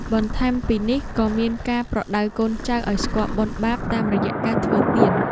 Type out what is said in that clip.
បន្ថែមពីនេះក៏មានការប្រដៅកូនចៅឱ្យស្គាល់បុណ្យបាបតាមរយៈការធ្វើទាន។